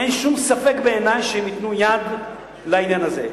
אין שום ספק בעיני שהם ייתנו יד לעניין הזה.